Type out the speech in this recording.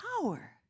power